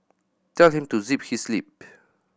tell him to zip his lip